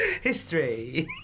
History